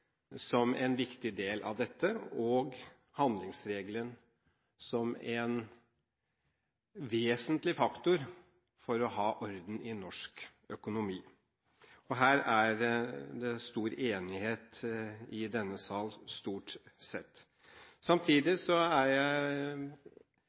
som en viktig del av dette, og handlingsregelen som en vesentlig faktor for å ha orden i norsk økonomi. Her er det stor enighet i denne sal, stort sett. Samtidig